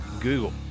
Google